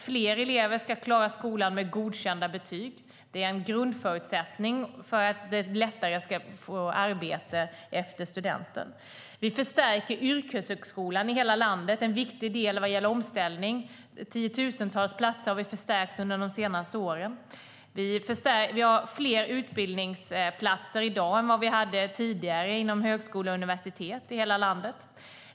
Flera elever ska klara skolan med godkända betyg. Det är en grundförutsättning för att lättare få arbete efter studenten. Vi förstärker yrkeshögskolan i hela landet. Det är en viktig del vad gäller omställning. Vi har förstärkt tiotusentals platser under de senaste åren. Vi har fler utbildningsplatser i dag än vi hade tidigare inom högskola och universitet i hela landet.